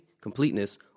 completeness